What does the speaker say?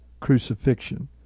crucifixion